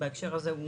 בהקשר הזה הוא